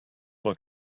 were